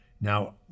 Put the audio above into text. Now